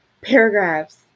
Paragraphs